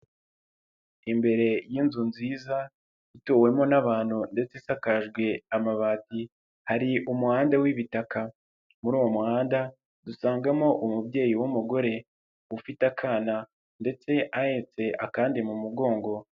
Imbere y'inzu nziza ituwemo n'abantu ndetse isakajwe amabati, hari umuhanda w'ibitaka .Muri uwo muhanda dusangamo umubyeyi w'umugore ufite akana ndetse ahetse akandi mu mugongo.